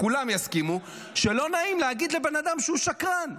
כולם יסכימו שלא נעים להגיד לבן אדם שהוא שקרן,